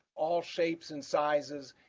all shapes and sizes.